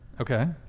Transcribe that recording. Okay